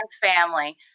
family